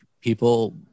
people